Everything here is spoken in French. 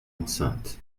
enceinte